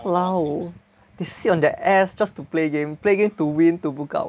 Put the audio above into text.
!walao! they sit on their ass just to play game play game to win to book out